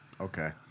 Okay